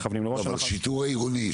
השיטור העירוני,